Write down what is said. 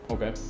Okay